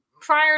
prior